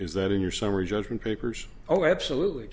is that in your summary judgment papers oh absolutely